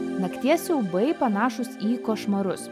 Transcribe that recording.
nakties siaubai panašūs į košmarus